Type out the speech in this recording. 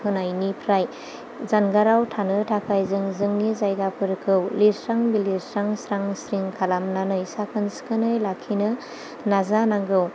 होनायनिफ्राय जानगाराव थानो थाखाय जों जोंनि जायगाफोरखौ लिरस्रां लिरस्रां स्रां स्रिं खालामनानै साखोन सिखोनै लाखिनो नाजानांगौ